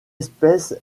espèce